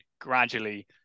gradually